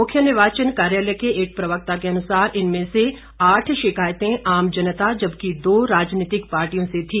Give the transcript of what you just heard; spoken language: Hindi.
मुख्य निर्वाचन कार्यालय के एक प्रवक्ता के अनुसार इनमें से आठ शिकायतें आम जनता जबकि दो राजनीतिक पार्टियों से थी